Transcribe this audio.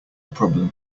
problem